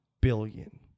billion